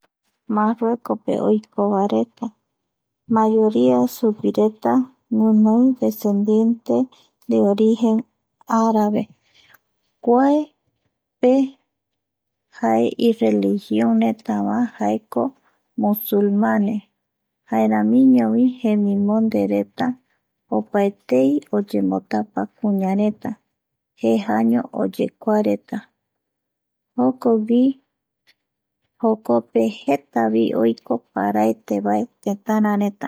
Marruecope oiko vaereta mayoria suguireta guinoi descendiente de origen árabe kuae pe ireligión vaereta jaeko musulmane, jaeramiñovi jemimondereta opaetei oyemotapa kuñareta, jejaño oyekuareta jokogui, jokope jetavi oiko paraetevae tetarareta